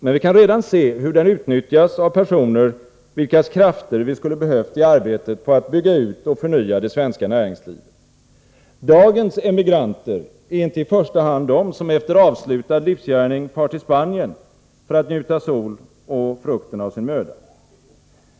Men vi kan redan se hur den utnyttjas av personer, vilkas krafter vi skulle behövt i arbetet på att bygga ut och förnya det svenska näringslivet. Dagens emigranter är inte i första hand de som efter avslutad livsgärning far till Spanien för att njuta sol och frukten av sin möda.